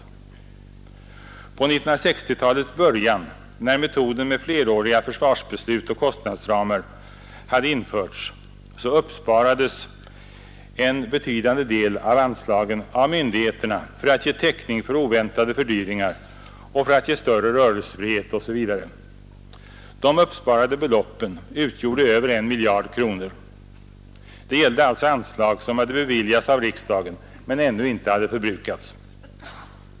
Vid 1960-talets början när metoden med fleråriga försvarsbeslut och kostnadsramar hade införts uppsparades en viss del av anslagen av myndigheterna för att ge täckning för oväntade fördyringar, för att lämna större rörelsefrihet osv. De uppsparade beloppen utgjorde över 1 miljard kronor; det gällde alltså anslag som hade beviljats av riksdagen men ännu inte förbrukats.